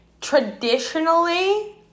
Traditionally